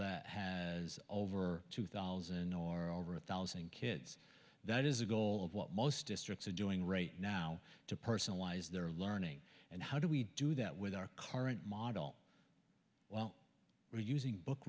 that has over two thousand or over a thousand kids that is a goal of what most districts are doing right now to personalize their learning and how do we do that with our current model well we're using book